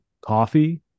coffee